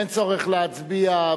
אין צורך להצביע.